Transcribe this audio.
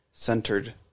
centered